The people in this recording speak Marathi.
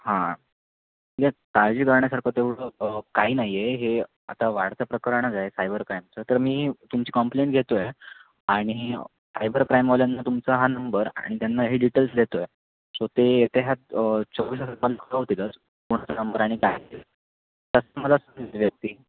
हां यात काळजी करण्यासारखं तेवढं काही नाही आहे हे आता वाढतं प्रकरणच आहे सायबर क्राईमचं तर मी तुमची कम्प्लेंट घेतो आहे आणि सायबर क्राईमवाल्यांना तुमचा हा नंबर आणि त्यांना हे डिटेल्स देतो आहे सो ते ये ते ह्यात कोणाचा नंबर आणि काय ते ती व्यक्ती